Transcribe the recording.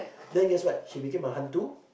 then guess what she became a hantu